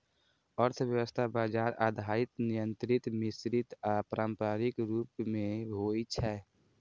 अर्थव्यवस्था बाजार आधारित, नियंत्रित, मिश्रित आ पारंपरिक रूप मे होइ छै